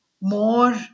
more